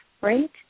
right